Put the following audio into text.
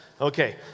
Okay